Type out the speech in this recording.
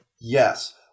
Yes